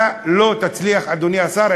אתה לא תצליח, אדוני השר.